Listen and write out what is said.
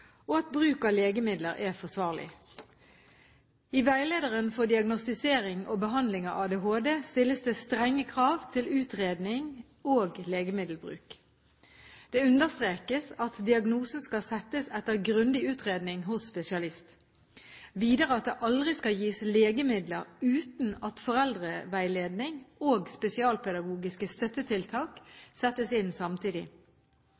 og at bruk av legemidler er forsvarlig. I veilederen for diagnostisering og behandling av ADHD stilles det strenge krav til utredning og legemiddelbruk. Det understrekes at diagnosen skal settes etter grundig utredning hos spesialist, videre at det aldri skal gis legemidler uten at foreldreveiledning og spesialpedagogiske